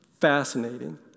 fascinating